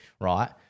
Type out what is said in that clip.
right